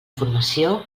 formació